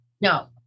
No